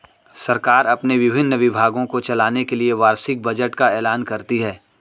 सरकार अपने विभिन्न विभागों को चलाने के लिए वार्षिक बजट का ऐलान करती है